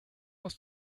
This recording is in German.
aus